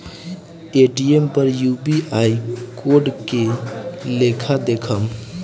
Paytm पर UPI code के लेखा देखम?